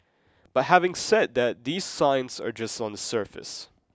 but having said that these signs are just on the surface